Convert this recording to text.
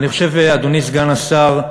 אדוני סגן השר,